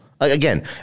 again